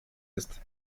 ist